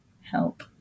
help